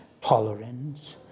tolerance